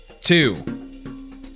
two